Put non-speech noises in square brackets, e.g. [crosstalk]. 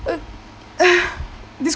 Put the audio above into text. [noise]